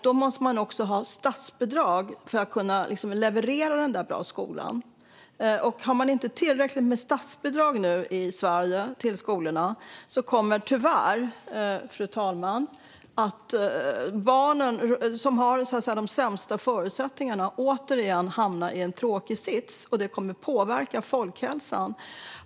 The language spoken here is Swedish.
Då måste man också ha statsbidrag för att kunna leverera en bra skola. Har man inte tillräckligt med statsbidrag till skolorna kommer de barn som har de sämsta förutsättningarna tyvärr återigen att hamna i en tråkig sits. Det kommer att påverka folkhälsan.